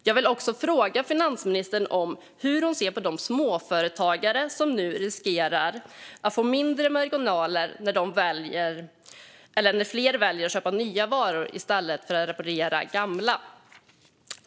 Jag vill också fråga finansministern hur hon ser på de småföretagare som nu riskerar att få mindre marginaler när fler väljer att köpa nya varor i stället för att reparera gamla.